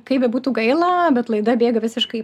kaip bebūtų gaila bet laida bėga visiškai